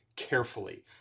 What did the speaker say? Carefully